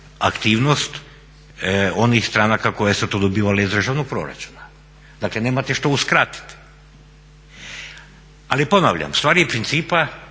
aktivnost onih stranka koje su to dobivale iz državnog proračuna. Dakle, nemate što uskratiti. Ali ponavljam, stvar je principa